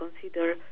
consider